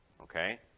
okay